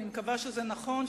אני מקווה שזה נכון,